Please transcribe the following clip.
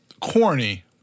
corny